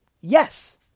Yes